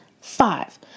Five